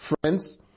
Friends